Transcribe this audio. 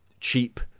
cheap